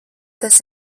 tas